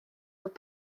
fod